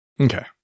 Okay